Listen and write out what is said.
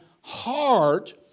heart